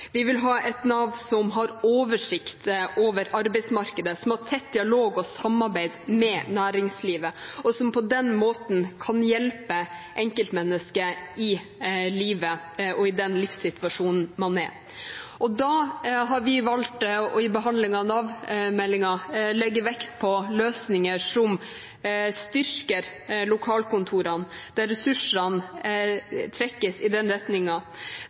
Vi vil ha et Nav som har oversikt over arbeidsmarkedet, som har tett dialog og samarbeid med næringslivet, og som på den måten kan hjelpe enkeltmennesket i livet og den livssituasjonen det er i. Derfor har vi i behandlingen av Nav-meldingen valgt å legge vekt på løsninger som styrker lokalkontorene – der ressursene trekkes i den